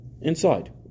inside